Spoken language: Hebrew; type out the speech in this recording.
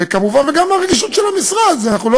וגם הרגישות של המשרד, אנחנו לא